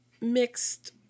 mixed